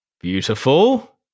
Beautiful